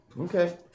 Okay